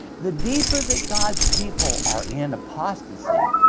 the deeper that god's people are in apostasy,